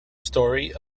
story